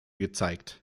gezeigt